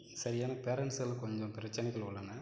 சரியான பேரெண்ட்ஸ்கள் கொஞ்சம் பிரச்சினைகள் உள்ளன